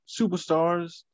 superstars